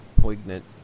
poignant